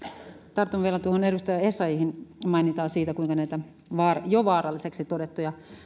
tartun vielä tuohon edustaja essayahin mainintaan siitä kuinka jo vaarallisiksi todettuja